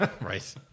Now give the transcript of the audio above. Right